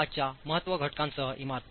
5 च्या महत्त्व घटकांसह इमारती